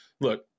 look